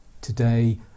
today